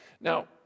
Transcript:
now